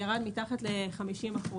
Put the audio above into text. ירד מתחת ל50%.